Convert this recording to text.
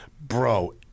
bro